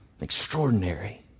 Extraordinary